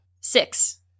Six